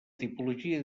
tipologia